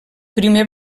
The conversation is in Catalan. primer